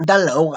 דן לאור,